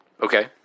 Okay